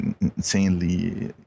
insanely